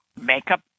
makeup